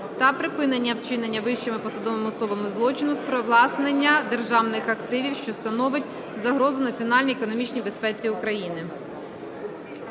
та припинення вчинення вищими посадовими особами злочину з привласнення державних активів, що становить загрозу національній економічній безпеці України.